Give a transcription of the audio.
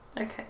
Okay